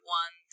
one